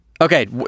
Okay